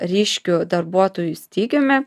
ryškiu darbuotojų stygiumi